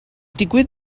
digwydd